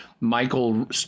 michael